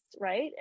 right